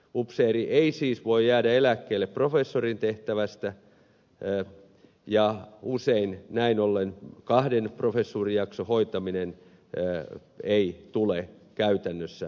upseeri ei siis voi jäädä eläkkeelle professorin tehtävästä ja usein näin ollen kahden professuurijakson hoitaminen ei tule käytännössä mahdolliseksi